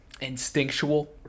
instinctual